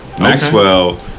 Maxwell